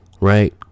right